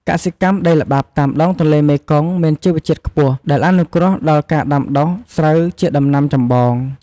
កសិកម្ម ដីល្បាប់តាមដងទន្លេមេគង្គមានជីជាតិខ្ពស់ ដែលអនុគ្រោះដល់ការដាំដុះ ស្រូវ ជាដំណាំចម្បង។